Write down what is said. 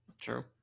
True